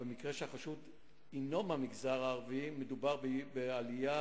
כאשר החשוד הינו מהמגזר הערבי מדובר בעלייה